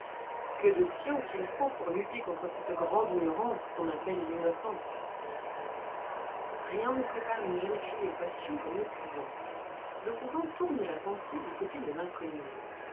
que de science il faut pour lutter contre cette grande ignorance qu'on appelle l'innocence rien ne prépare une jeune fille aux passions comme le couvent le couvent tourne la pensée du côté de l'inconnu